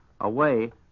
away